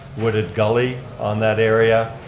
wooded gully on that area,